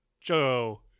Joe